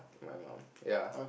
my mum ya